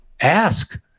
ask